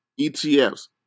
ETFs